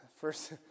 first